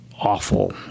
awful